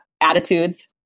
attitudes